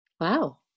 Wow